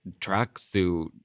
tracksuit